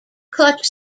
clutch